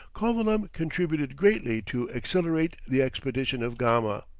covilham contributed greatly to accelerate the expedition of gama.